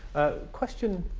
question?